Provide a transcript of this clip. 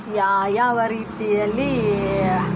ಯಾವ ಯಾವ ರೀತಿಯಲ್ಲಿ